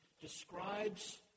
describes